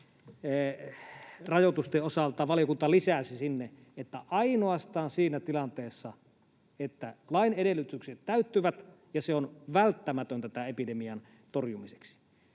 rajoitusten osalta valiokunta lisäsi, ainoastaan siinä tilanteessa, että lain edellytykset täyttyvät ja se on välttämätöntä epidemian torjumiseksi.